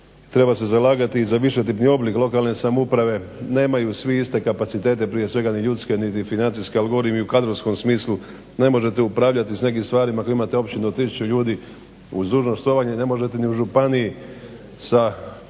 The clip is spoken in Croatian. treba se zalagati i za višetipni oblik lokalna samouprave, nemaju svi iste kapacitete prije svega ni ljudske niti financijske ali govorim i u kadrovskom smislu. Ne možete upravljati s nekim stvarima ako imate općinu od tisuću ljudi, uz dužno štovanje ne možete ni u županiji sa